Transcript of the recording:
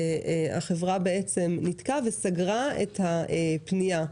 החברה ניתקה וסגרה את הפנייה,